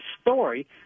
story